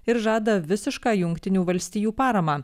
ir žada visišką jungtinių valstijų paramą